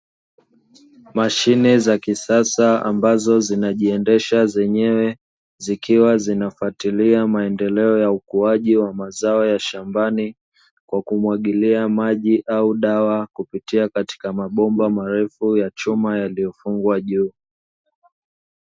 Mashine za kisasa ambazo zinajiendesha zenyewe, zikiwa zinafatikia maendeleo ya ukuaji wa mazao ya shambani. Kwa kumwagilia maji au dawa kupitia katika mabomba marefu ya chuma yaliyofungwa juu.